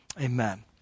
Amen